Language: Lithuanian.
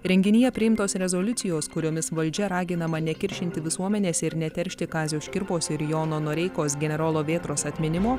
renginyje priimtos rezoliucijos kuriomis valdžia raginama nekiršinti visuomenės ir neteršti kazio škirpos ir jono noreikos generolo vėtros atminimo